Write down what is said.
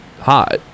hot